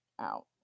out